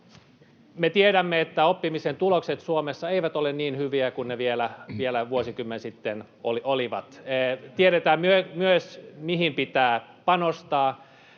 Me tiedämme, että oppimisen tulokset Suomessa eivät ole niin hyviä kuin ne vielä vuosikymmen sitten olivat. Tiedetään myös, mihin pitää panostaa,